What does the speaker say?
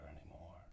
anymore